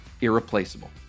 irreplaceable